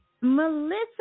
Melissa